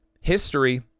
History